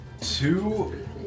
Two